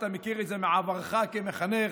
אתה מכיר את זה מעברך כמחנך.